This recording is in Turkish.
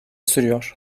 sürüyor